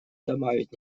добавить